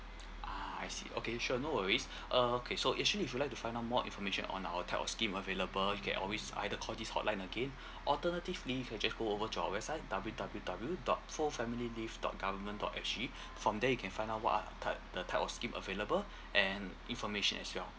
ah I see okay sure no worries uh okay so actually if you'd like to find out more information on our type of scheme available you can always either call this hotline again alternatively you can just go over to our website W W W dot pro family leave dot government dot S G from there you can find out what are type the type of scheme available and information as well